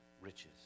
riches